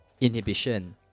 inhibition